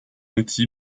outil